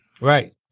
Right